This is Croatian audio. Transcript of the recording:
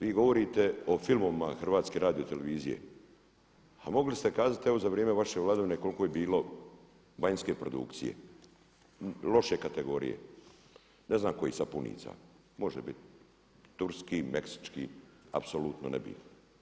Vi govorite o filmovima HRT-a, a mogli ste kazati evo za vrijeme vaše vladavine koliko je bilo vanjske produkcije, loše kategorije, ne znam kojih sapunica, može bit turskih, meksičkih, apsolutno nebitno.